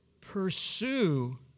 Pursue